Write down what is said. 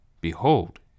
Behold